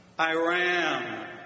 Iran